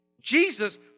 Jesus